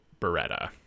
Beretta